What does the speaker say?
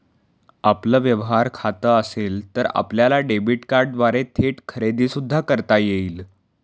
आपलं व्यवहार खातं असेल तर आपल्याला डेबिट कार्डद्वारे थेट खरेदी सुद्धा करता येईल